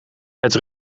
het